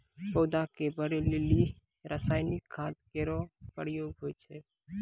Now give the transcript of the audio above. पौधा क बढ़ै लेलि रसायनिक खाद केरो प्रयोग होय छै